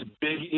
big